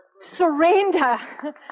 Surrender